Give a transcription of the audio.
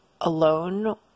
alone